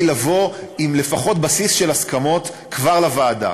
לבוא לפחות עם בסיס של הסכמות לוועדה.